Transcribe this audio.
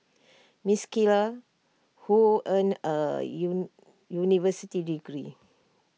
miss Keller who earned A you university degree